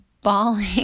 bawling